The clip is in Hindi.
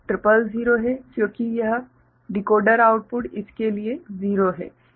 तो यह 000 है क्योंकि यह डिकोडर आउटपुट इसके लिए 0 हैं